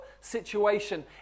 situation